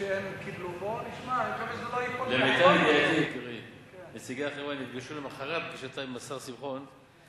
הוצגו בפני החברה כמה אפשרויות ריאליות חלופיות.